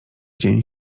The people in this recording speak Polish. dzień